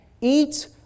Eat